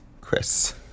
Chris